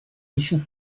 échoue